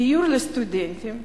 דיור לסטודנטים,